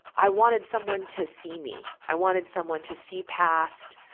i wanted someone to see me. i wanted someone to see past